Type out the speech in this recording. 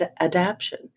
adaption